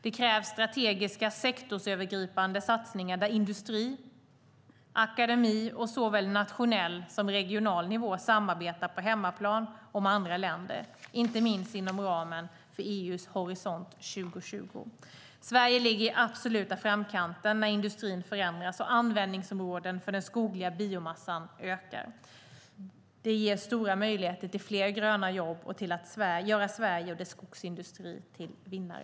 Det krävs strategiska sektorsövergripande satsningar där industri, akademi och såväl nationell som regional nivå samarbetar på hemmaplan och med andra länder, inte minst inom ramen för EU:s Horisont 2020. Sverige ligger i den absoluta framkanten när industrin förändras och användningsområden för den skogliga biomassan ökar. Det ger stora möjligheter till fler gröna jobb och till att göra Sverige och dess skogsindustri till vinnare.